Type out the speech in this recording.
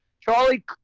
Charlie